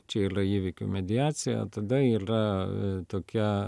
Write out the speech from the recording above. čia ylia įvykių mediacija tada ylia tokia